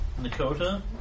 Nakota